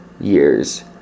years